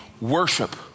worship